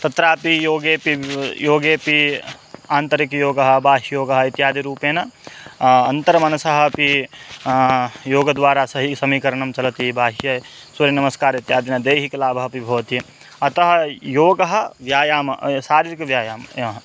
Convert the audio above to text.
तत्रापि योगेऽपि वा योगेऽपि आन्तरिकयोगः बाह्ययोगः इत्यादिरूपेण अन्तरमनसः अपि योगद्वारा सह समीकरणं चलति बाह्ये सूर्यनमस्कारः इत्यादीनां दैहिकलाभः अपि भवति अतः योगः व्यायामः यः शारीरिकव्यायामः